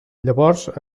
llavors